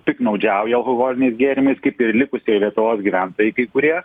piktnaudžiauja alkoholiniais gėrimais kaip ir likusieji lietuvos gyventojai kai kurie